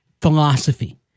philosophy